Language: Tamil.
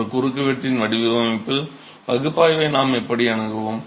ஒரு குறுக்குவெட்டின் வடிவமைப்பில் பகுப்பாய்வை நாம் எப்படி அணுகுவோம்